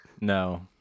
No